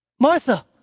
Martha